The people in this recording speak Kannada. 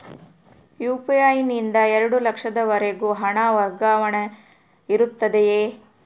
ಯು.ಪಿ.ಐ ನಿಂದ ಎರಡು ಲಕ್ಷದವರೆಗೂ ಹಣ ವರ್ಗಾವಣೆ ಇರುತ್ತದೆಯೇ?